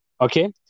okay